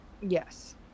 Yes